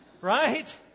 Right